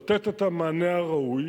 לתת את המענה הראוי